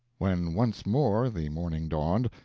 when once more the morning dawned,